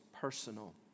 personal